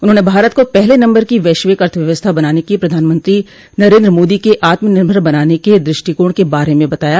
उन्होंने भारत को पहले नम्बर की वैश्विक अर्थव्यवस्था बनाने की प्रधानमंत्री नरेन्द्र मोदी के आत्मनिर्भर बनाने के दृष्टिकोण के बारे में बताया